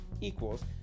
equals